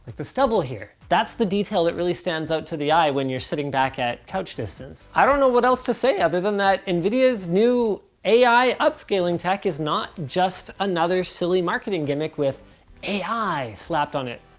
the stubble here, that's the detail that really stands out to the eye when you're sitting back at coach distance. i don't know what else to say other than that nvidia's new ai upscaling tech is not just another silly marketing gimmick with ai slapped on it.